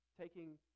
Taking